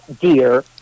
dear